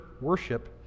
worship